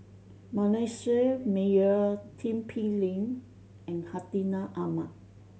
Manasseh Meyer Tin Pei Ling and Hartinah Ahmad